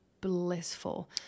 blissful